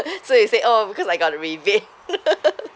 so you say oh because I got a rebate